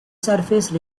surface